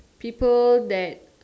people that